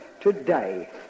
today